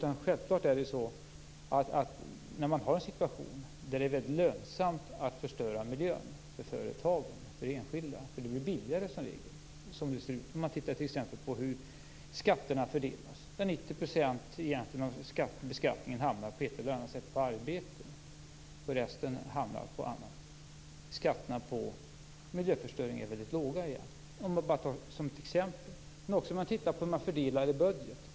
Vi har haft en situation där det har varit väldigt lönsamt för företagen och enskilda att förstöra miljön eftersom det som regel har varit billigare. Det gäller t.ex. om man tittar på hur skatterna fördelas. 90 % av beskattningen hamnar på ett eller annat sätt på arbete och resten hamnar på annat. Skatterna på miljöförstöring är väldigt låga. Jag tar upp detta som exempel. Man kan också titta på fördelningen i budgeten.